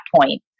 point